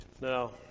Now